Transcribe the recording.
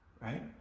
right